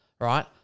right